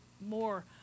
more